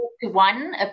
One